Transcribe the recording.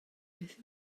beth